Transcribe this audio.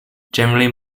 generally